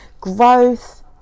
Growth